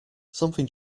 something